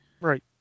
Right